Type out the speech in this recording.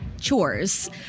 chores